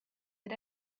had